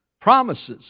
promises